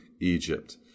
Egypt